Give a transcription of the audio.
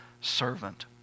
servant